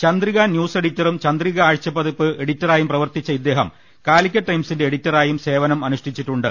Chandrika news എഡിറ്ററും ചന്ദ്രിക ആഴ്ചപ്പതിപ്പ് എഡിറ്ററായും പ്രവർത്തിച്ച ഇദ്ദേഹം ലീഗ് ടൈംസിന്റെ എഡിറ്ററായും സേവനമനുഷ്ടിച്ചിട്ടുണ്ട്